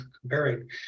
comparing